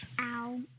Ow